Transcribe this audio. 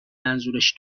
منظورش